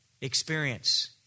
experience